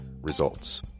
Results